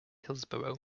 hillsboro